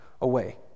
away